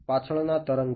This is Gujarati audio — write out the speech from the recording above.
અને પાછળના તરંગ છે